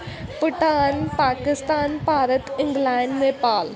Bhutan Pakistan Bharat England Nepal